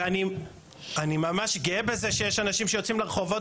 ואני ממש גאה בזה שיש אנשים שיוצאים לרחובות